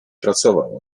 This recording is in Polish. pracował